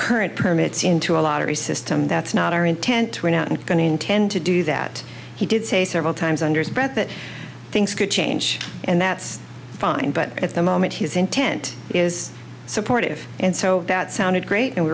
current permits into a lottery system that's not our intent to run out and going to intend to do that he did say several times under his breath that things could change and that's fine but at the moment his intent is supportive and so that sounded great and we